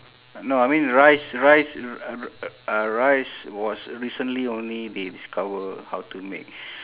no I mean rice rice r~ uh r uh rice was recently only they discover how to make